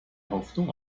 hoffnung